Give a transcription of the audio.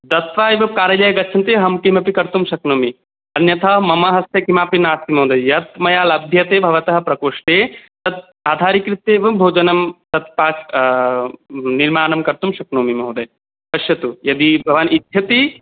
दत्वा एव कार्यालय गच्छन्ति अहं किमपि कर्तुं शक्नोमि अन्यथा मम हस्ते किमपि नास्ति महोदय् यत् मया लभ्यते भवतः प्रकोष्ठे तत् आधारीकृत्यैव भोजनं तत् पा निर्माणं कर्तुं शक्नोमि महोदय पश्यतु यदि भवान् इच्छति